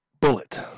bullet